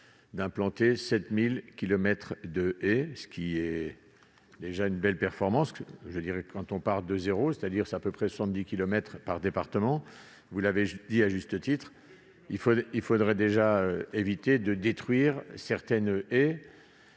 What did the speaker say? d'implanter 7 000 kilomètres de haies, ce qui est une belle performance quand on part de zéro. C'est à peu près 70 kilomètres par département. Vous l'avez dit à juste titre, il faudrait déjà éviter de détruire les haies